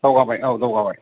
दावगाबाय औ दावगाबाय